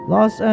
Los